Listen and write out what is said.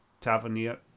Tavernier